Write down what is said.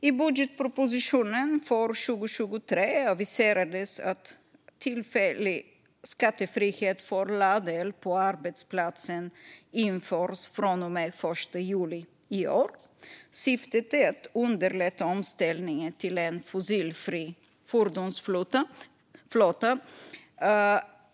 I budgetpropositionen för 2023 aviserades att tillfällig skattefrihet för laddel på arbetsplatsen införs från och med den 1 juli i år. Syftet är att underlätta omställningen till en fossilfri fordonsflotta.